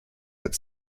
had